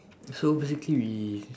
so basically we